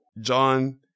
John